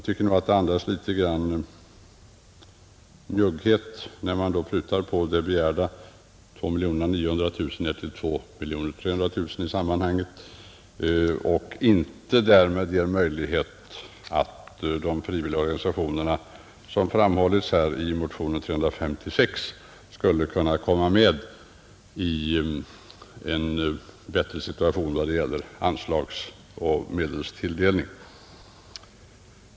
Det andas nog litet grand njugghet när man prutar ned de begärda 2 900 000 kronorna till 2 300 000 kronor och därmed inte ger möjlighet för de frivilliga organisationerna att, såsom föreslagits i motionen 356, komma i en bättre situation då det gäller medelstilldelning.